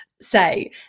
say